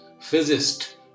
physicist